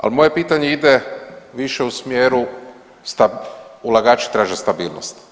Ali moje pitanje ide više u smjeru stab, ulagači traže stabilnost.